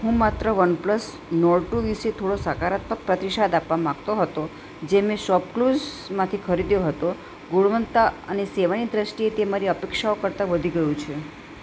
હું માત્ર OnePlus Nord two વિશે થોડો સકારાત્મક પ્રતિસાદ આપવા માગતો હતો જે મેં શોપક્લૂઝમાંથી ખરીદ્યો હતો ગુણવત્તા અને સેવાની દૃષ્ટિએ તે મારી અપેક્ષાઓ કરતાં વધી ગયું છે